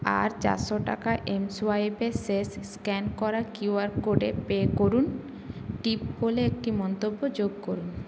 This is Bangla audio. আর চারশো টাকা এম সোয়াইপে শেষ স্ক্যান করা কিউআর কোডে পে করুন টিপ বলে একটি মন্তব্য যোগ করুন